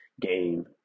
game